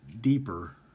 deeper